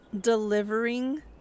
delivering